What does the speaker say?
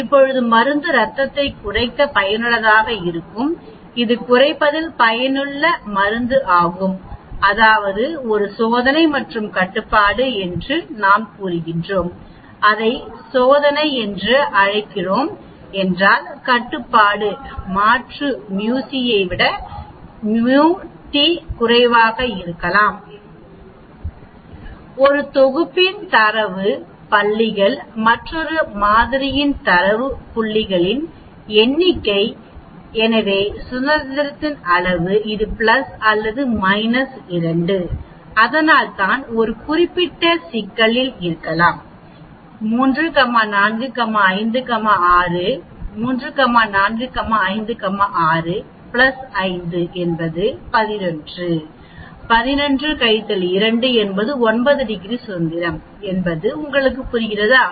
இப்போது மருந்து இரத்தத்தை குறைக்க பயனுள்ளதாக இருக்கும் இது குறைப்பதில் பயனுள்ள மருந்து ஆகும் அதாவது ஒரு சோதனை மற்றும் கட்டுப்பாடு என்று நாம் கூறுகிறோம் அதை சோதனை என்று அழைக்கிறோம் சி என்றால் கட்டுப்பாடு மாற்று mu c ஐ விட mu t குறைவாக இருக்கலாம் This ஒரு தொகுப்பின் தரவு புள்ளிகள் மற்றொரு மாதிரியின் தரவு புள்ளிகளின் எண்ணிக்கை எனவே சுதந்திரத்தின் அளவு இது இது 2 அதனால்தான் இந்த குறிப்பிட்ட சிக்கலில் இருக்கலாம் 3 4 5 6 3 4 5 6 5 என்பது 11 11 2 என்பது 9 டிகிரி சுதந்திரம் என்பது உங்களுக்கு புரிகிறதா